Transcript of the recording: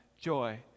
joy